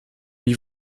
lui